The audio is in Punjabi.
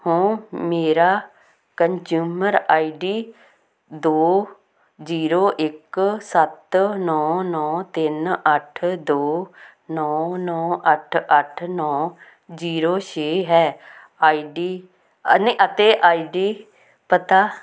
ਹੋ ਮੇਰਾ ਕੰਜਿਊਮਰ ਆਈਡੀ ਦੋ ਜੀਰੋ ਇੱਕ ਸੱਤ ਨੌਂ ਨੌਂ ਤਿੰਨ ਅੱਠ ਦੋ ਨੌਂ ਨੌਂ ਅੱਠ ਅੱਠ ਨੌਂ ਜੀਰੋ ਛੇ ਹੈ ਆਈਡੀ ਨਹੀਂ ਅਤੇ ਆਈਡੀ ਪਤਾ